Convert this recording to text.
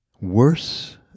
Worse